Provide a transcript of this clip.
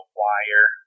wire